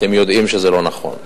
אתם יודעים שזה לא נכון.